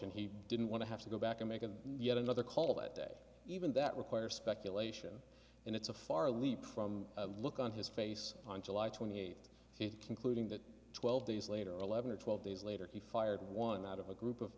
and he didn't want to have to go back and make a yet another call that day even that requires speculation and it's a far leap from the look on his face on july twenty eighth concluding that twelve days later or eleven or twelve days later he fired one out of a group of